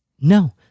no